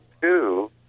two